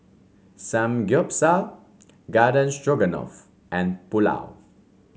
Samgyeopsal Garden Stroganoff and Pulao